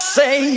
say